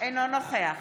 אינו נוכח